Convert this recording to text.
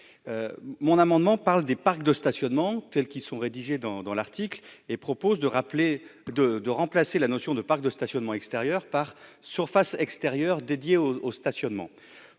mon amendement parle des parcs de stationnement, tels qu'ils sont rédigés dans dans l'article et propose de rappeler de de remplacer la notion de parcs de stationnement extérieur par surface extérieure dédiée au au stationnement,